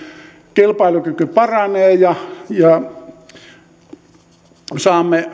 kilpailukyky paranee ja ja saamme